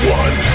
one